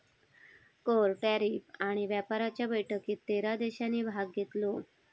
कर, टॅरीफ आणि व्यापाराच्या बैठकीत तेरा देशांनी भाग घेतलो